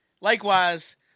likewise